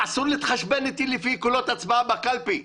אסור להתחשבן איתי לפי קולות ההצבעה בקלפי.